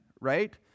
right